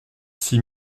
six